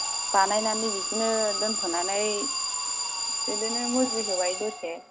बानायनानै बिदिनो दोनथ'नानै बिदिनो मुजिहोबाय दसे